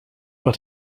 but